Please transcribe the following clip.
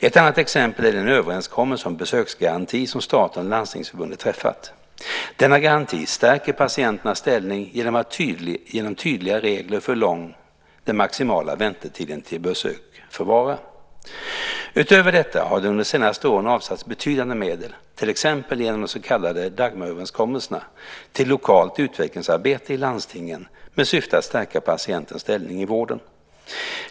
Ett annat exempel är den överenskommelse om besöksgaranti som staten och Landstingsförbundet träffat. Denna garanti stärker patienternas ställning genom tydliga regler för hur lång den maximala väntetiden till besök får vara. Utöver detta har det under de senaste åren avsatts betydande medel, till exempel genom de så kallade Dagmaröverenskommelserna, till lokalt utvecklingsarbete i landstingen med syfte att stärka patientens ställning i vården.